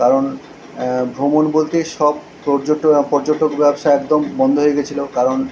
কারণ ভ্রমণ বলতে সব পর্যটক পর্যটক ব্যবসা একদম বন্দ হয়ে গেছিলো কারণ